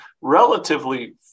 relatively